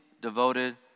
devoted